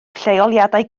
lleoliadau